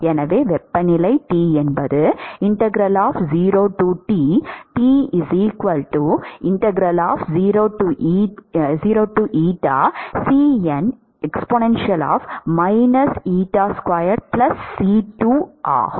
எனவே வெப்பநிலை T என்பது ஆகும்